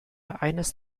eines